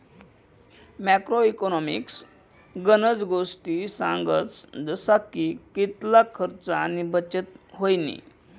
macro economics गनज गोष्टी सांगस जसा की कितला खर्च आणि बचत व्हयनी